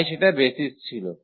তাই সেটা বেসিস ছিল